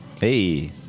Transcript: Hey